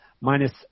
Minus